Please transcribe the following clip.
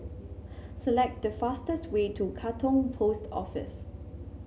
select the fastest way to Katong Post Office